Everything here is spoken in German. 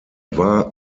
war